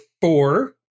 four